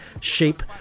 Sheep